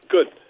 Good